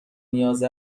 نیاز